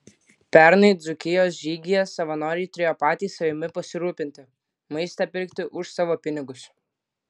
pernai dzūkijos žygyje savanoriai turėjo patys savimi pasirūpinti maistą pirkti už savo pinigus